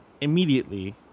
immediately